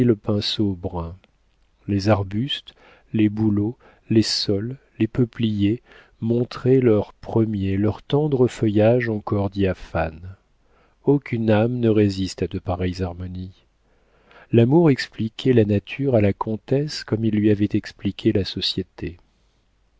pinceaux bruns les arbustes les bouleaux les saules les peupliers montraient leur premier leur tendre feuillage encore diaphane aucune âme ne résiste à de pareilles harmonies l'amour expliquait la nature à la comtesse comme il lui avait expliqué la société